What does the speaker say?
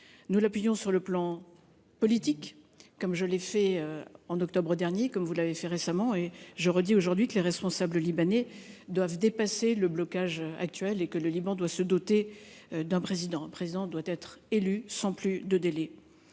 Nous le soutenons sur le plan politique, comme je l'ai fait au mois d'octobre dernier, comme vous l'avez fait récemment. Je le redis aujourd'hui : les responsables libanais doivent dépasser le blocage actuel et le Liban doit se doter d'un président ; un président doit être élu sans plus de délai